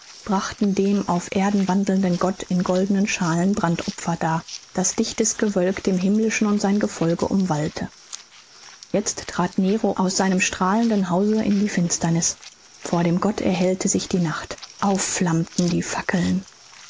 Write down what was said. brachten dem auf erden wandelnden gott in goldenen schalen brandopfer dar daß dichtes gewölk den himmlischen und sein gefolge umwallte jetzt trat nero aus seinem strahlenden hause in die finsterniß vor dem gott erhellte sich die nacht aufflammten die fackeln